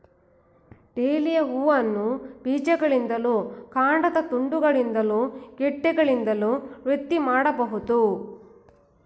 dahlia ಹೂವನ್ನ ಬೀಜಗಳಿಂದಲೂ ಕಾಂಡದ ತುಂಡುಗಳಿಂದಲೂ ಗೆಡ್ಡೆಗಳಿಂದಲೂ ವೃದ್ಧಿ ಮಾಡ್ಬಹುದು